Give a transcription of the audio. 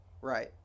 Right